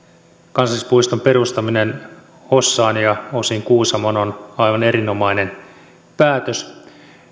kansallispuiston perustaminen hossaan ja osin kuusamoon on aivan erinomainen päätös